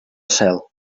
cel